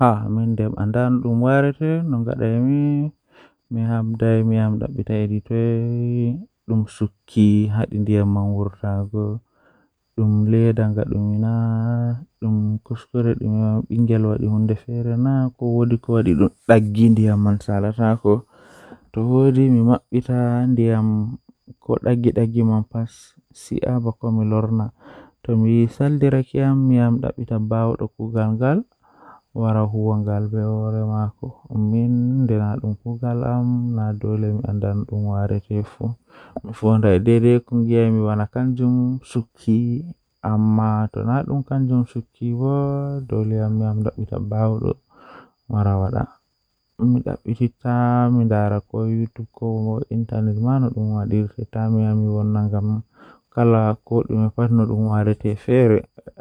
To a paɗi paɗe ma woodi So aɗa waawi bandude seɗɗe, naatude ɗaɓɓude e jawdi. Foti hokke tiiɗo ngam firti reeri e dowla. Naatude laawol ɗum kadi no daɗɗo, suusi. Aɗa wiiɗi gaasooje ngal fii anndude. Naatude ndiyam goɗɗum ngol ko daɗɗo. Wakkil ngal